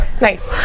Nice